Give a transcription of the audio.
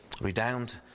redound